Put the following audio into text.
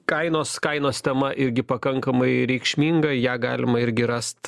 kainos kainos tema irgi pakankamai reikšminga ją galima irgi rast